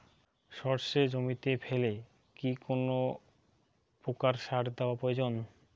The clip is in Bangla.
সর্ষে জমিতে ফেলে কি কোন প্রকার সার দেওয়া প্রয়োজন?